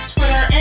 Twitter